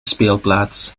speelplaats